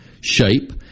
shape